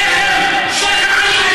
שקר, שקר.